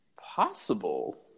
possible